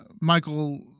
Michael